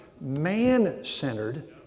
man-centered